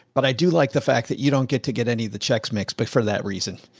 but i do like the fact that you don't get to get any of the checks mixed, but for that reason,